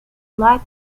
light